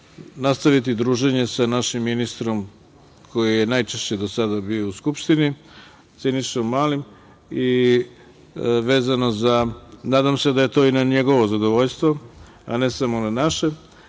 nastaviti druženje sa našim ministrom koji je najčešće do sada bio u Skupštini, Sinišom Mali. Nadam se da je to i na njegovo zadovoljstvo, a ne samo na naše.